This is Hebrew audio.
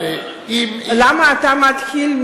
למה אתה מתחיל,